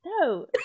No